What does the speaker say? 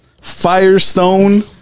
Firestone